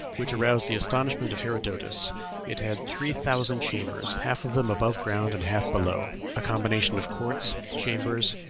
which aroused the astonishment of herodotus it had three thousand chambers, half of them above ground and half below a combination of courts, chambers,